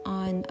on